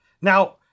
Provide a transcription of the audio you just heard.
now